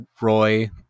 Roy